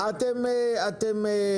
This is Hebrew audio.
ולכן הוא ניתן --- אבל אין לכם יעד ממשלתי?